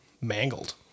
mangled